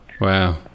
Wow